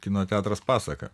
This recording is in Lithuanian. kino teatras pasaka